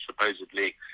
supposedly